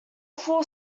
four